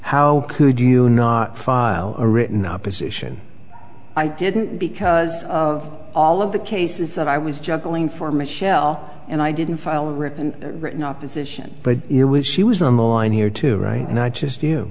how could you not file a written opposition i didn't because of all of the cases that i was juggling for michelle and i didn't file a written written opposition but she was on the line here to write not just you